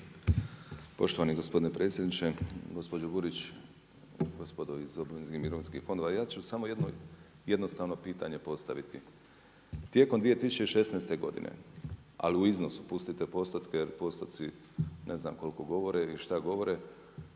Poštovani gospodine predsjedniče. Gospođo Burić, gospodo iz obaveznih mirovinskih fondova. Ja ću samo jedno jednostavno pitanje postaviti. Tijekom 2016. godine ali u iznosu pustite postotke jel postoci ne znam koliko govore ili šta govore,